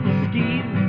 scheme